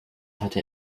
hatte